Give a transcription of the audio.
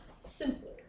simpler